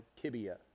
tibia